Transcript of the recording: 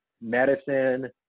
medicine